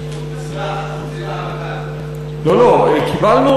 לא קיבלנו